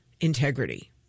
integrity